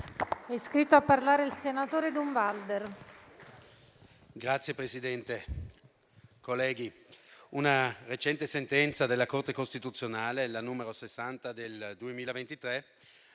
Signor Presidente, colleghi, la recente sentenza della Corte costituzionale, la n. 60 del 2023,